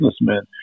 businessmen